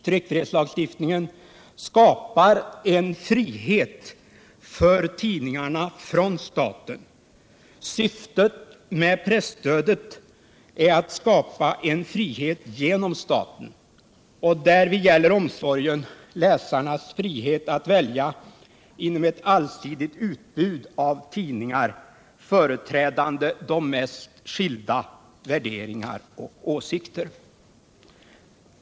Tryckfrihetslagstiftningen skapar en frihet för tidningarna från staten. Syftet med presstödet är att skapa en frihet genom staten, och därvid gäller omsorgen läsarnas frihet att välja inom ett allsidigt utbud av tidningar företrädande de mest skilda värderingar och åsikter.